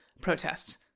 protests